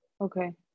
okay